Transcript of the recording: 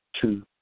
two